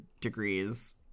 degrees